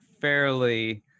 fairly